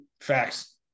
facts